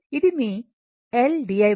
ఇది మీ Ldidt అది మీ